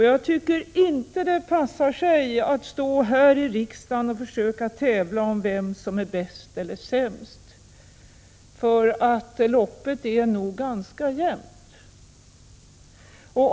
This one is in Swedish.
Jag tycker inte att det passar sig att här i riksdagen försöka tävla om vem som är bäst eller sämst: Loppet är nog ganska jämnt.